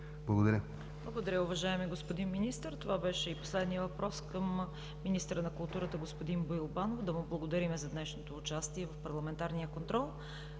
Благодаря.